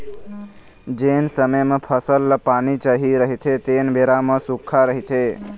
जेन समे म फसल ल पानी चाही रहिथे तेन बेरा म सुक्खा रहिथे